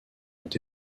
ont